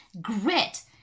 Grit